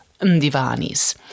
Mdivani's